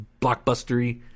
blockbustery